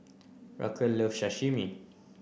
Raquel love Sashimi